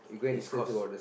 is cause